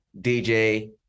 DJ